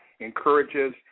encourages